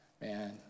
man